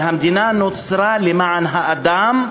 שהמדינה נוצרה למען האדם,